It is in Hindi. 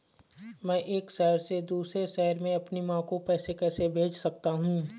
मैं एक शहर से दूसरे शहर में अपनी माँ को पैसे कैसे भेज सकता हूँ?